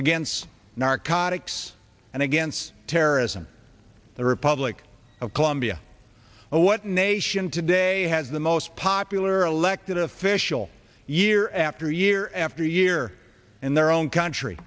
against narcotics and against terrorism the republic of colombia or what nation today has the most popular elected official year after year after year in their own country